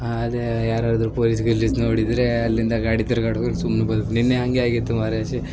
ಅದೇ ಯಾರಾದರೂ ಪೊಲೀಸ್ ಗಿಲೀಸ್ ನೋಡಿದರೆ ಅಲ್ಲಿಂದ ಗಾಡಿ ತಿರ್ಗಾಡುರ್ ಸುಮ್ಮನೆ ನಿನ್ನೆ ಹಂಗೆ ಆಗಿತ್ತು ಮಾರಾಯ ಶಿ